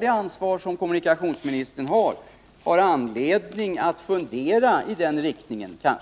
Det var det jag sade.